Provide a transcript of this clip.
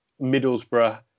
Middlesbrough